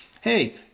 hey